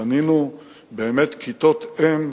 בנינו באמת כיתות-אם,